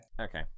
Okay